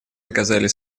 доказали